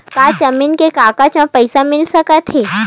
का जमीन के कागज म पईसा मिल सकत हे?